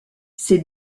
ses